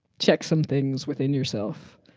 check some things within yourself.